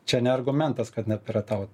čia ne argumentas kad nepirataut